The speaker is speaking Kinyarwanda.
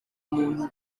muntu